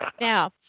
Now